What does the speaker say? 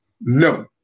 No